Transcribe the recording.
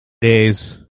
Days